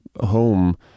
home